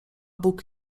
bóg